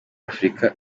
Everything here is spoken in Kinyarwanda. afurika